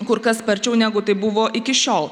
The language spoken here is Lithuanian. kur kas sparčiau negu tai buvo iki šiol